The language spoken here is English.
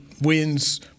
wins